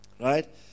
Right